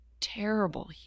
terrible